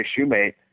Shoemate